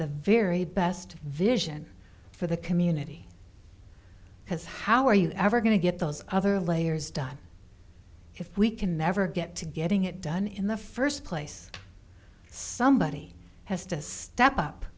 the very best vision for the community because how are you ever going to get those other layers done if we can never get to getting it done in the first place somebody has to step up